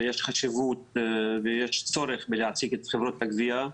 חשיבות וצורך להעסיק את חברות הגבייה.